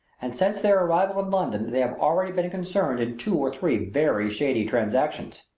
and since their arrival in london they have already been concerned in two or three very shady transactions.